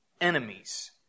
enemies